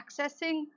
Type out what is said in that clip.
accessing